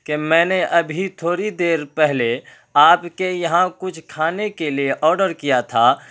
کہ میں نے ابھی تھوڑی دیر پہلے آپ کے یہاں کچھ کھانے کے لیے آرڈر کیا تھا